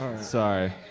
Sorry